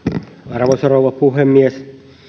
arvoisa rouva puhemies kun